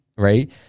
Right